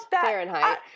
Fahrenheit